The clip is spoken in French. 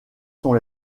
sont